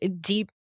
deep